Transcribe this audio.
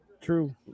True